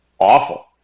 Awful